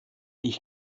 ich